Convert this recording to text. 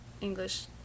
English